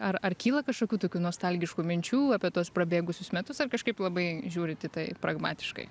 ar ar kyla kažkokių tokių nostalgiškų minčių apie tuos prabėgusius metus ar kažkaip labai žiūrit į tai pragmatiškai